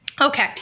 Okay